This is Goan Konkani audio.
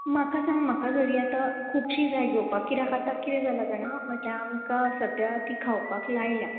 आं म्हाका सांग म्हाका जरी आतां खूब शीं जाय घेवपाक कित्याक आतां कितें जाला जाणां म्हटल्यार आमकां सद्द्या तीं खावपाक लायलां